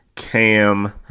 Cam